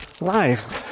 life